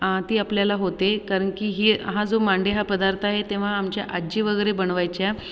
ती आपल्याला होते कारण की ही हा जो मांडे हा पदार्थ आहे तेव्हा आमच्या आजी वगैरे बनवायच्या